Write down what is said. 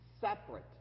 separate